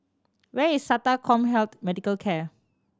where is SATA CommHealth Medical Care